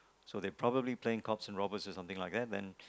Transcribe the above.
so they're probably playing cops and robbers or something like that and